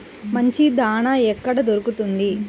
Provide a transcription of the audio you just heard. మంచి దాణా ఎక్కడ దొరుకుతుంది?